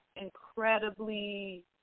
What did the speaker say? incredibly